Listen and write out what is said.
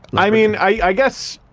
i mean, i i guess,